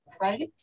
right